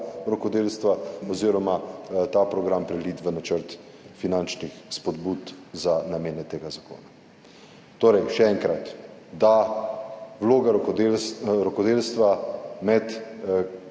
rokodelstva oziroma ta program preliti v načrt finančnih spodbud za namene tega zakona. Torej še enkrat, ta vloga rokodels…,